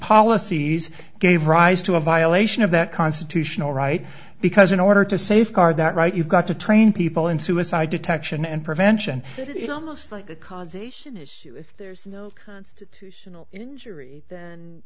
policies gave rise to a violation of that constitutional right because in order to safeguard that right you've got to train people in suicide detection and prevention almost like causation is there's no constitutional injury